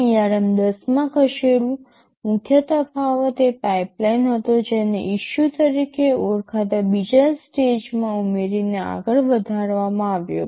ARM 10 માં ખસેડવું મુખ્ય તફાવત એ પાઇપલાઇન હતો જેને ઇશ્યૂ તરીકે ઓળખાતા બીજા સ્ટેજમાં ઉમેરીને આગળ વધારવામાં આવ્યો